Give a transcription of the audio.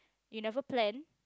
you never plan